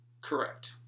Correct